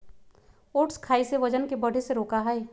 oats खाई से वजन के बढ़े से रोका हई